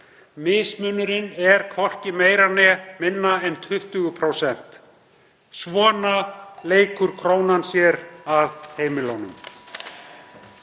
Mismunurinn er hvorki meira né minna en 20%. Svona leikur krónan sér að heimilunum.